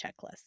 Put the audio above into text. checklist